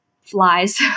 flies